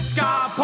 Scar